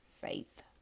faith